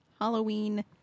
Halloween